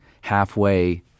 halfway